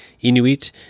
Inuit